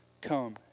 come